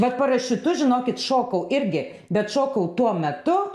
bet parašiutu žinokit šokau irgi bet šokau tuo metu